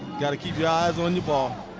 got to keep your eyes on your ball.